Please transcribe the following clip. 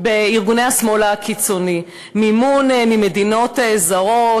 בארגוני השמאל הקיצוני: מימון ממדינות זרות,